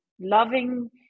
loving